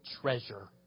treasure